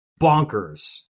bonkers